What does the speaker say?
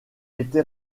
été